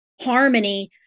harmony